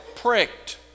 pricked